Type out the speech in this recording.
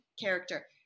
character